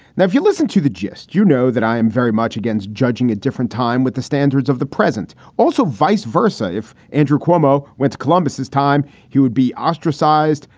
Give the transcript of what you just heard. now, if you listen to the gist, you know that i am very much against judging a different time with the standards of the present. also, vice versa. if andrew cuomo wants columbus's time, he would be ostracized,